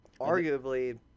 Arguably